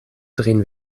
drehen